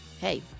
Hey